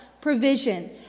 provision